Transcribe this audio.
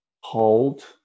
hold